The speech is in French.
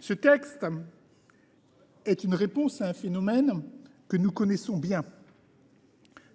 Ce texte est une réponse à un phénomène que nous connaissons bien :